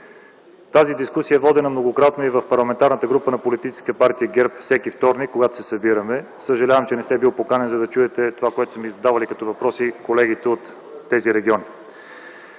Тази дискусия е водена многократно и в Парламентарната група на Политическа партия ГЕРБ всеки вторник, когато се събираме. Съжалявам, че не сте бил поканен, за да чуете онова, което са ми задавали като въпроси колегите от тези региони.